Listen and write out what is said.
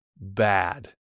bad